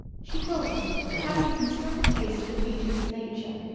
she told me that having a considerable taste for the beauties of nature,